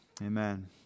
Amen